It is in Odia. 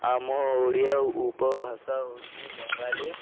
ଆମ ଓଡ଼ିଆ ଉପଭାଷା ହେଉଛି ବଙ୍ଗାଳୀ